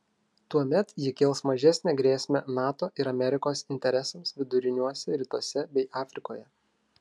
tuomet ji kels mažesnę grėsmę nato ir amerikos interesams viduriniuose rytuose bei afrikoje